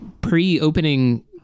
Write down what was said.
pre-opening